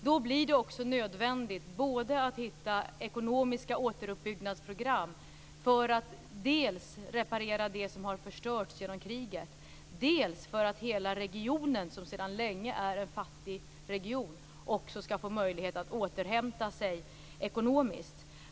Då blir det också nödvändigt att hitta ekonomiska återuppbyggnadsprogram dels för att reparera det som förstörts genom kriget, dels för att hela regionen, som sedan länge är en fattig region, skall få möjlighet att återhämta sig ekonomiskt.